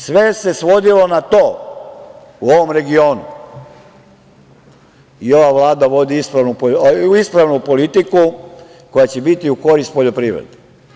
Sve se svodilo na to u ovom regionu i ova Vlada vodi ispravnu politiku koja će biti u korist poljoprivredi.